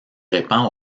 répand